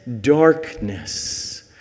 darkness